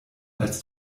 als